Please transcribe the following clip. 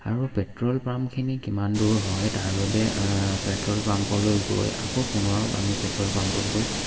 আৰু পেট্ৰল পাম্পখিনি কিমান দূৰ হয় তাৰ বাবে পেট্ৰল পাম্পলৈ গৈ আকৌ পুনৰ আমি পেট্ৰল পাম্পত গৈ